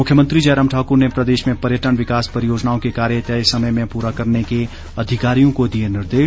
मुख्यमंत्री जयराम ठाकुर ने प्रदेश में पर्यटन विकास परियोजनाओं के कार्य तय समय में पूरा करने के अधिकारियों को दिए निर्देश